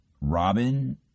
Robin